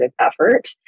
effort